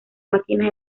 máquinas